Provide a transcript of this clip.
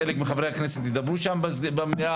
חלק מחברי הכנסת ידברו במליאה.